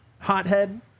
hothead